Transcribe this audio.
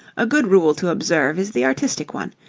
a good rule to observe is the artistic one,